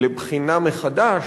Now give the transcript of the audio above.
לבחינה מחדש.